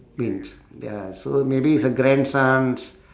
mm t~ ya so maybe it's her grandsons